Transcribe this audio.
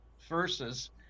verses